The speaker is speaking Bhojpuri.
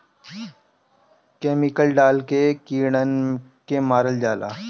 केमिकल डाल के कीड़न के मारल जाला